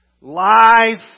Life